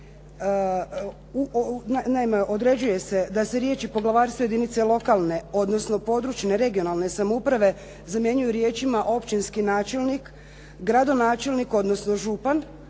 naime određuje se da se riječi “poglavarstvo jedinice lokalne, odnosno područne regionalne samouprave“ zamjenjuju riječima općinski načelnik, gradonačelnik odnosno župan